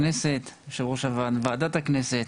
אדוני יושב-ראש הכנסת, יושב-ראש ועדת הכנסת,